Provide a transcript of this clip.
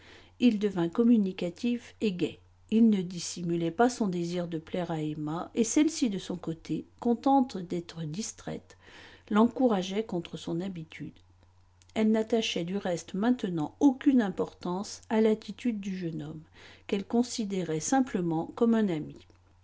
il devint communicatif et gai il ne dissimulait pas son désir de plaire à emma et celle-ci de son côté contente d'être distraite l'encourageait contre son habitude elle n'attachait du reste maintenant aucune importance à l'attitude du jeune homme qu'elle considérait simplement comme un ami